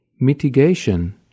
mitigation